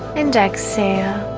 and exhale